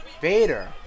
Vader